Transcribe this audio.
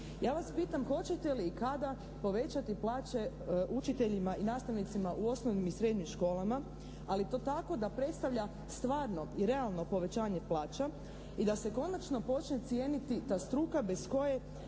Ja vas pitam hoćete li i kada povećati plaće učiteljima i nastavnicima u osnovnim i srednjim školama ali to tako da predstavlja stvarno i realno povećanje plaća i da se konačno počne cijeniti ta struka bez koje